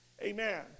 Amen